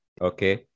okay